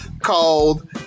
called